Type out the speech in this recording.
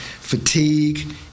fatigue